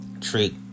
treat